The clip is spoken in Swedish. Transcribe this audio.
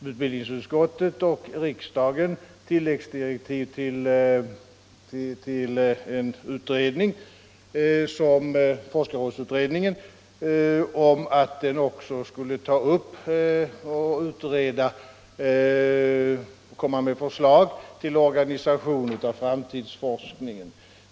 Utbildningsutskottet och riksdagen beställde tilläggsdirektiv till en utredning, forskarrådsutredningen, innebärande att den också skulle utreda och komma med förslag till organisation av framtidsforskningen.